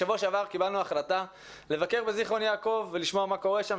בשבוע שעבר קבלנו החלטה לבקר בזיכרון יעקב ולשמוע מה קורה שם.